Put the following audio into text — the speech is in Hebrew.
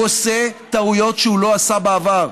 הוא עושה טעויות שהוא לא עשה בעבר,